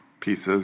Pieces